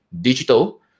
digital